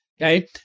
okay